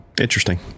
Interesting